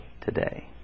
today